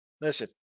Listen